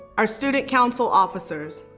our student council officers,